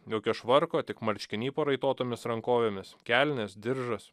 jokio švarko tik marškiniai paraitotomis rankovėmis kelnės diržas